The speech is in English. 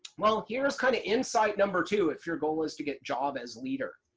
well, here's kind of insight number two if your goal is to get job as leader.